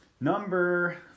Number